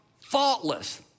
faultless